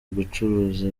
gucuruza